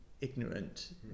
ignorant